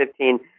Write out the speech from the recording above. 2015